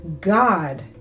God